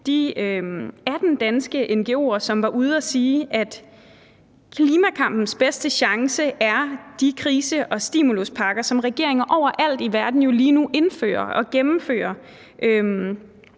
de 18 danske ngo'er, som var ude at sige, at klimakampens bedste chance er de krise- og stimuluspakker, som regeringer overalt i verden lige nu indfører og gennemfører.